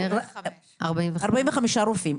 45. 45 רופאים.